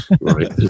Right